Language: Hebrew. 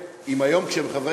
הם לא חייבים להיות פה,